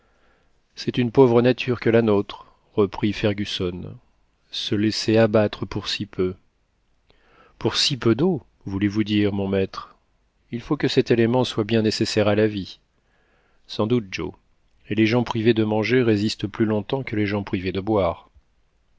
c'est une pauvre nature que la notre reprit fergusson se laisser abattre pour si peu pour si peu d'eau voulez-vous dire mon maître il faut que cet élément soit bien nécessaire à la vie sans doute joe et les gens privés de manger résistent plus longtemps que les gens privés de boire